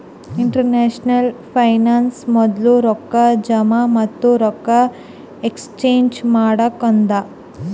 international finance ಮೊದ್ಲು ರೊಕ್ಕಾ ಜಮಾ ಮತ್ತ ರೊಕ್ಕಾ ಎಕ್ಸ್ಚೇಂಜ್ ಮಾಡಕ್ಕ ಅದಾ